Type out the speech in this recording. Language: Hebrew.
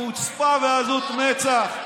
חוצפה ועזות מצח.